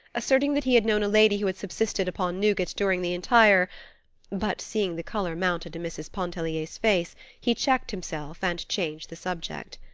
asserting that he had known a lady who had subsisted upon nougat during the entire but seeing the color mount into mrs. pontellier's face he checked himself and changed the subject.